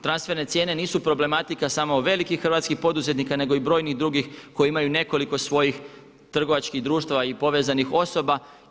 Transferne cijene nisu problematika samo velikih hrvatskih poduzetnika nego i brojnih drugih koji imaju nekoliko svojih trgovačkih društava i povezanih osoba.